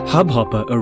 Hubhopper